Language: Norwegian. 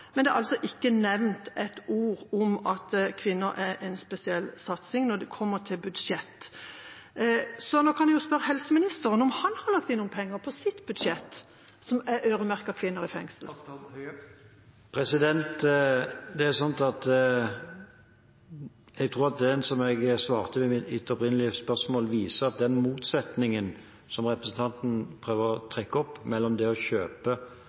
men det er altså ikke nevnt et ord om at kvinner er en spesiell satsing når det kommer til budsjett. Så nå kan jeg jo spørre helseministeren om han har lagt inn noen penger på sitt budsjett som er øremerket kvinner i fengsel. Jeg tror at det som jeg svarte på representantens opprinnelige spørsmål, viser at den motsetningen som representanten prøver å trekke opp mellom det å kjøpe